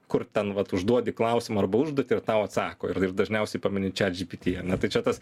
kur ten vat užduodi klausimą arba užduotį ir tau atsako ir ir dažniausiai pamini chat gpt ar ne tai čia tas